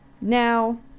Now